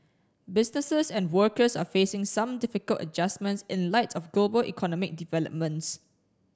businesses and workers are facing some difficult adjustments in light of global economic developments